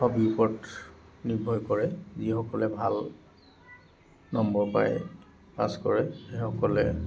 হবিৰ ওপৰত নিৰ্ভৰ কৰে যিসকলে ভাল নম্বৰ পাই পাছ কৰে সেইসকলে